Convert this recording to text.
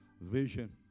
vision